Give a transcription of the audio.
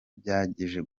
byaje